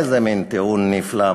איזה מין טיעון נפלא.